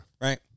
Right